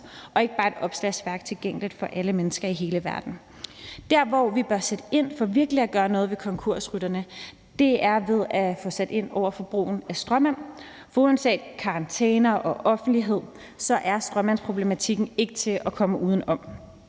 og ikke bare et opslagsværk tilgængeligt for alle mennesker i hele verden. Der, hvor vi bør sætte ind for virkelig at gøre noget ved konkursrytterne, er ved at få sat ind over for brugen af stråmænd, for uanset karantæne og offentlighed er stråmandsproblematikken ikke til at komme uden om.